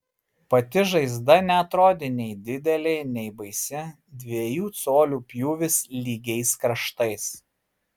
pati žaizda neatrodė nei didelė nei baisi dviejų colių pjūvis lygiais kraštais